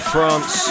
France